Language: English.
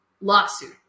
lawsuit